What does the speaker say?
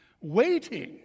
waiting